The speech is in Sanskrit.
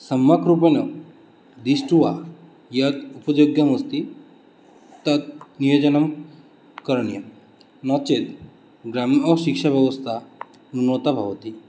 सम्यक् रुपेण दृष्ट्वा यत् उपयोग्यम् अस्ति तत् नियोजनं करणीयं नो चेत् ग्राम्यशिक्षाव्यवस्था उन्नता भवति